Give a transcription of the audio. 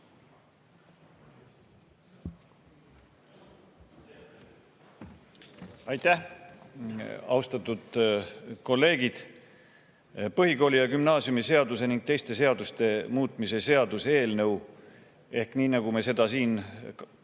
Aitäh! Austatud kolleegid! Põhikooli‑ ja gümnaasiumiseaduse ning teiste seaduste muutmise seaduse eelnõu ehk, nagu me seda siin kõnekeeles